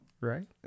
Right